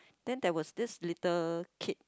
then there was this little kid